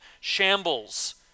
shambles